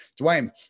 Dwayne